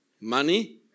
Money